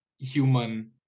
human